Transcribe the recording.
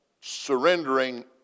surrendering